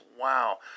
Wow